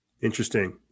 Interesting